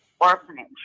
orphanage